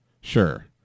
Sure